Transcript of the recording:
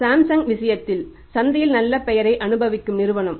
Samsung விஷயத்தில் சந்தையில் நல்ல பெயரை அனுபவிக்கும் நிறுவனம்